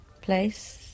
place